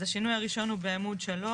אז השינוי הראשון הוא בעמוד 3,